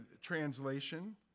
translation